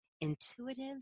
intuitive